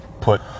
put